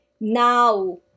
now